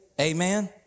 Amen